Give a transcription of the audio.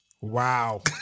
Wow